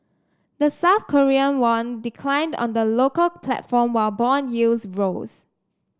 the South Korean won declined on the local platform while bond yields rose